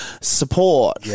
support